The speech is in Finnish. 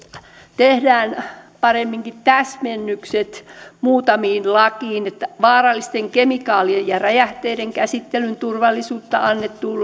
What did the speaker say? tehdään paremminkin täsmennykset muutamiin lakeihin vaarallisten kemikaalien ja räjähteiden käsittelyn turvallisuudesta annettuun